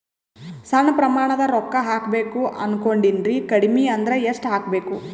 ಸಣ್ಣ ಪ್ರಮಾಣದ ರೊಕ್ಕ ಹಾಕಬೇಕು ಅನಕೊಂಡಿನ್ರಿ ಕಡಿಮಿ ಅಂದ್ರ ಎಷ್ಟ ಹಾಕಬೇಕು?